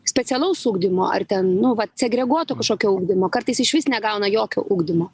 specialaus ugdymo ar ten nu vat segreguoto kašokio ugdymo kartais išvis negauna jokio ugdymo